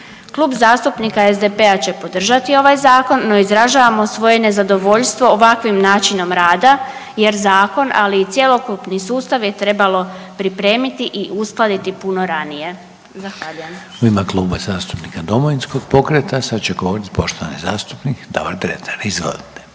Klub zastupnika SDP-a će podržati ovaj Zakon, no izražavamo svoje nezadovoljstvo ovakvim načinom rada, jer Zakon ali i cjelokupni sustav je trebalo pripremiti i uskladiti puno ranije. Zahvaljujem. **Reiner, Željko (HDZ)** U ime Kluba zastupnika Domovinskog pokreta, sad će govoriti poštovani zastupnik Davor Dretar. Izvolite.